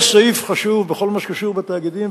יש סעיף חשוב בכל מה שקשור לתאגידים,